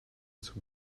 zum